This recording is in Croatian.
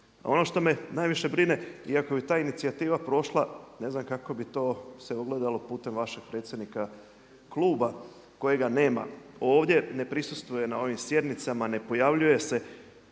Ono što me najviše brine i ako bi ta inicijativa prošla ne znam kako bi to se ogledalo putem vašeg predsjednika kluba kojega nema ovdje, ne prisustvuje na ovim sjednicama, ne pojavljuje se.